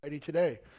today